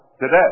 today